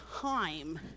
time